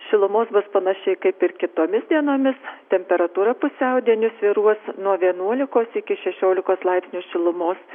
šilumos bus panašiai kaip ir kitomis dienomis temperatūra pusiaudieniu svyruos nuo vienuolikos iki šešiolikos laipsnių šilumos